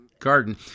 Garden